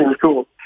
cool